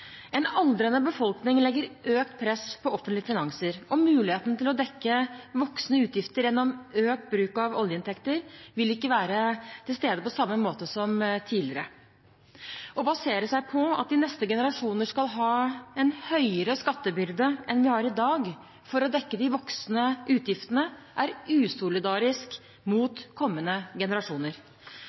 En aldrende befolkning legger økt press på offentlige finanser, og muligheten til å dekke voksende utgifter gjennom økt bruk av oljeinntekter vil ikke være til stede på samme måte som tidligere. Å basere seg på at de neste generasjoner skal ha en høyere skattebyrde enn vi har i dag for å dekke de voksende utgiftene, er usolidarisk mot kommende generasjoner.